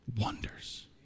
wonders